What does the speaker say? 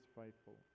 faithful